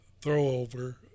throwover